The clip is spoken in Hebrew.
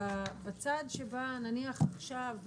נניח עכשיו,